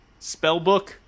Spellbook